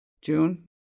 June